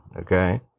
okay